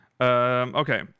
Okay